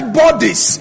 bodies